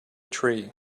tree